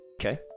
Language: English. Okay